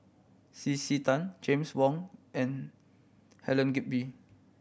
C C Tan James Wong and Helen Gilbey